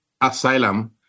asylum